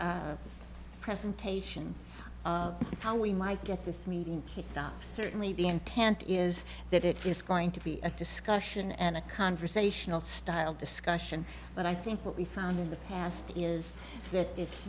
presentation of how we might get this meeting he thought certainly the intent is that it is going to be a discussion and a conversational style discussion but i think what we found in the past is that it's